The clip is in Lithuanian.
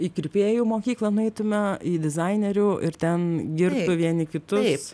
į kirpėjų mokyklą nueitume į dizainerių ir ten girtų vieni kitus